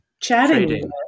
chatting